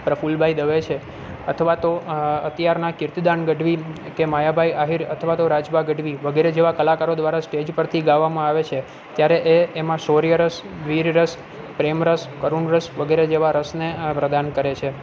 પ્રફુલ ભાઈ દવે છે અથવા તો અત્યારના કીર્તિદાન ગઢવી કે માયાભાઈ આહીર અથવા તો રાજભા ગઢવી વગેરે જેવા કલાકારો દ્વારા સ્ટેજ પરથી ગાવામાં આવે છે ત્યારે એ એમાં શૌર્યરસ વીરરસ પ્રેમરસ કરૂણરસ વગેરે જેવા રસને આ પ્રદાન કરે છે